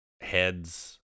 heads